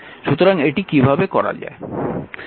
সুতরাং কীভাবে এটি নির্ণয় করা যায়